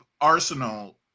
Arsenal